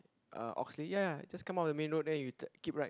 uh Oxley ya ya just come out of the main road then you tu~ keep right